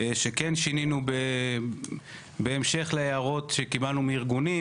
של דברים ששינינו שבעקבות הערות שקיבלנו מארגונים,